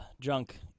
junk